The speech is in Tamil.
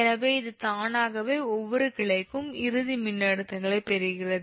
எனவே இது தானாகவே ஒவ்வொரு கிளைக்கும் இறுதி மின்னழுத்தங்களைப் பெறுகிறது